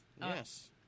Yes